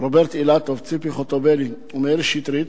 רוברט אילטוב, ציפי חוטובלי ומאיר שטרית,